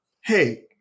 hey